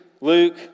Luke